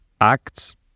acts